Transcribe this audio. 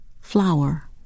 flower